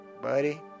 buddy